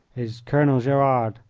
is colonel gerard,